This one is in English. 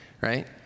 right